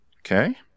Okay